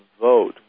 vote